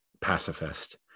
pacifist